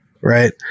right